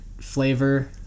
flavor